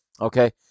Okay